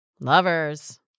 Lovers